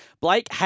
Blake